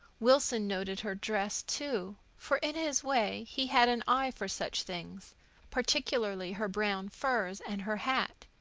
wilson noted her dress, too for, in his way, he had an eye for such things particularly her brown furs and her hat.